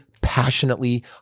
passionately